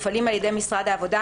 המופעלים על ידי משרד העבודה,